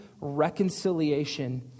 reconciliation